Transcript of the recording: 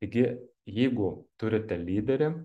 taigi jeigu turite lyderį